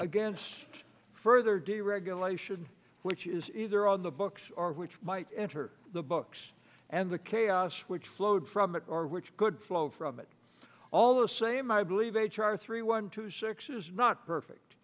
against further deregulation which is either on the books or which might enter the books and the chaos which flowed from it or which could flow from it all the same i believe h r three one two six is not perfect